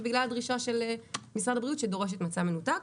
ובגלל הדרישה של משרד הבריאות שדורש מצע מנותק.